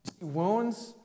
Wounds